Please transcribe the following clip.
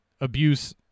abuse